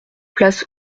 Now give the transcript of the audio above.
place